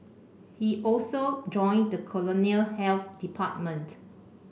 he also joined the colonial health department